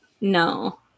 No